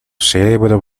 cerebro